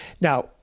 Now